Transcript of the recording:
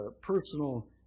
personal